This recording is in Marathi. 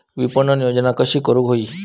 विपणन योजना कशी करुक होई?